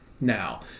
now